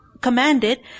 commanded